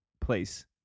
place